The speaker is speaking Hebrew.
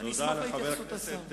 אני אשמח לשמוע את התייחסות השר.